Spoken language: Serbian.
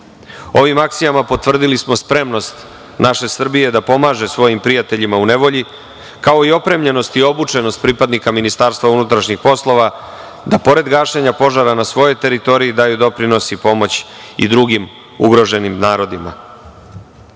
akcijama potvrdili smo spremnost naše Srbije da pomaže svojim prijateljima u nevolji, kao i opremljenost i obučenost pripadnika Ministarstva unutrašnjih poslova da pored gašenja požara na svojoj teritoriji daju doprinos i pomoć i drugim ugroženim narodima. Želim